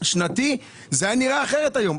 -- שנתי, זה היה נראה אחרת היום.